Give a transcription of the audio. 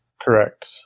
Correct